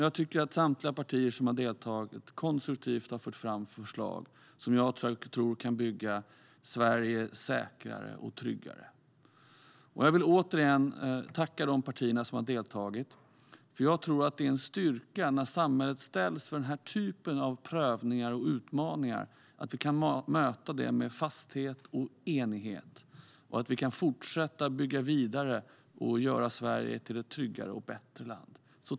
Jag tycker att samtliga partier som har deltagit konstruktivt har fört fram förslag som jag tror kan bygga Sverige säkrare och tryggare. Jag vill återigen tacka partierna som har deltagit, för när samhället ställs inför den här typen av prövningar och utmaningar tror jag att det är en styrka att vi kan möta det med fasthet och enighet och att vi kan fortsätta bygga och göra Sverige till ett tryggare och bättre land.